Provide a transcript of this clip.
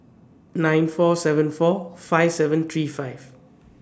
nine four seven four five seven three five